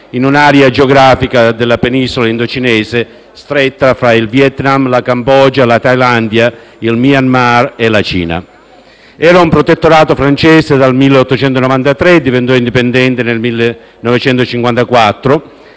in un'area geografica della penisola indocinese stretta fra il Vietnam, la Cambogia, la Thailandia, il Myanmar e la Cina. Il Laos è stato un protettorato francese dal 1893 ed è diventato indipendente nel 1954.